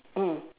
mm